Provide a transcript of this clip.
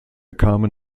kamen